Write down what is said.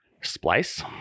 splice